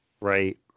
right